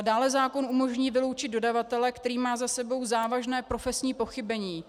Dále zákon umožní vyloučit dodavatele, který má za sebou závažné profesní pochybení.